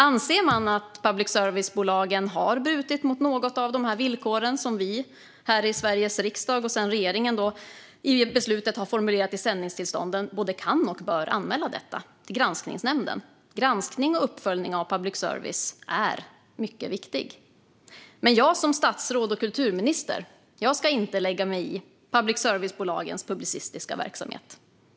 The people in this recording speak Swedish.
Om man anser att public service-bolagen har brutit mot något av de villkor som vi här i Sveriges riksdag och sedan regeringen i beslutet har formulerat i sändningstillstånden både kan och bör man anmäla detta till Granskningsnämnden. Granskning och uppföljning av public service är mycket viktigt, men jag som statsråd och kulturminister ska inte lägga mig i public service-bolagens publicistiska verksamhet.